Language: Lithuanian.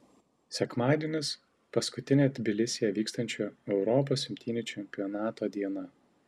sekmadienis paskutinė tbilisyje vykstančio europos imtynių čempionato diena